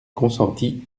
consentit